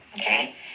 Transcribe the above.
Okay